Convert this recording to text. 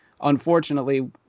unfortunately